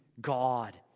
God